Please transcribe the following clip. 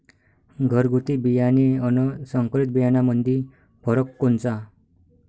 घरगुती बियाणे अन संकरीत बियाणामंदी फरक कोनचा?